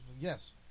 Yes